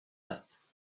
است